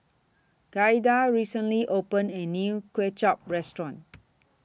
Giada recently opened A New Kuay Chap Restaurant